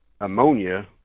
ammonia